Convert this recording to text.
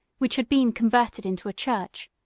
which had been converted into a church,